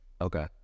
Okay